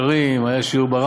היה שיעור ב"מסילת ישרים",